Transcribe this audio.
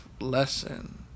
Lesson